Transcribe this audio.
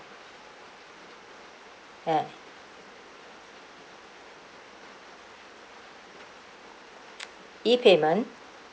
ah E payment